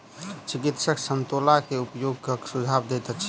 चिकित्सक संतोला के उपयोगक सुझाव दैत अछि